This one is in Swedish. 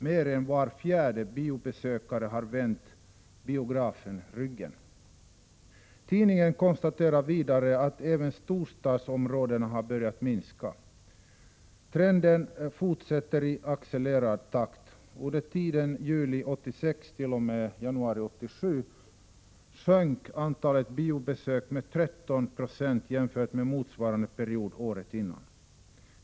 Mer än var fjärde biobesökare har vänt biografen ryggen. Tidningen konstaterar vidare att även biobesöken i storstadsområdena har börjat minska. Trenden fortsätter i accelererad takt. Under tiden juli 1986 t.o.m. januari 1987 sjönk antalet biobesök med 13 20 jämfört med motsvarande period året dessförinnan.